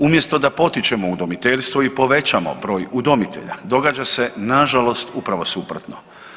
Umjesto da potičemo udomiteljstvo i povećamo broj udomitelja događa se na žalost upravo suprotno.